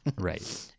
Right